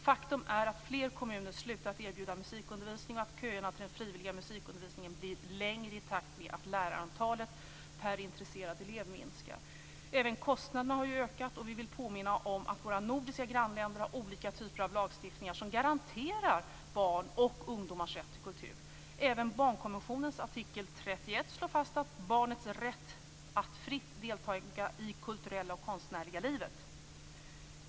Faktum är att flera kommuner har slutat att erbjuda musikundervisning och att köerna till den frivilliga musikundervisningen har blivit längre i takt med att lärarantalet per intresserad elev har minskat. Även kostnaderna har ökat. Vi vill påminna om att våra nordiska grannländer har olika typer av lagstiftningar som garanterar barns och ungdomars rätt till kultur. Även barnkonventionens artikel 31 slår fast barnets rätt att fritt delta i det kulturella och konstnärliga livet.